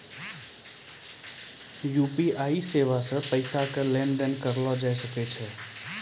UPI सेबा से पैसा के लेन देन करलो जाय सकै छै